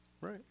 Right